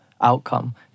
outcome